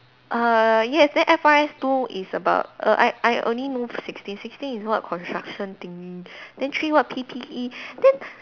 uh yes then F_R_S two is about err I I only know sixteen sixteen is what construction thingy then three what P_P_E then